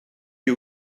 you